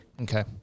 Okay